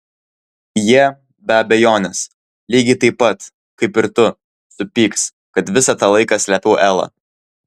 jie be abejonės lygiai taip pat kaip ir tu supyks kad visą tą laiką slėpiau elą